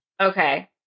Okay